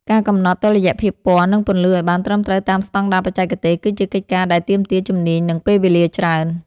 ការកំណត់តុល្យភាពពណ៌ និងពន្លឺឱ្យបានត្រឹមត្រូវតាមស្ដង់ដារបច្ចេកទេស គឺជាកិច្ចការដែលទាមទារជំនាញ និងពេលវេលាច្រើន។